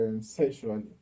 sexually